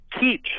teach